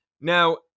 Now